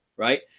right,